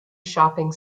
shopping